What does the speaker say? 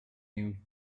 you